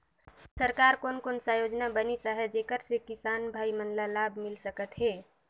सरकार कोन कोन सा योजना बनिस आहाय जेकर से किसान भाई मन ला लाभ मिल सकथ हे?